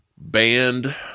Banned